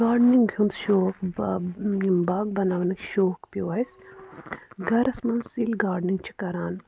gardening ہُنٛد شوق با یِم باغ بَناونٕکۍ شوق پیوٚو اَسہِ گَرَس منٛز ییٚلہِ گاڈنِنٛگ چھِ کَران